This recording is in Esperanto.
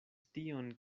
tion